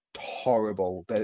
horrible